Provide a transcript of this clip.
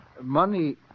money